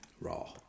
Raw